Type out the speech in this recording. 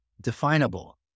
definable